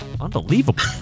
Unbelievable